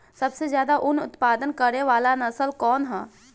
सबसे ज्यादा उन उत्पादन करे वाला नस्ल कवन ह?